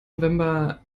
november